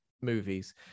movies